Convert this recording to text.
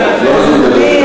בכיף להגיב.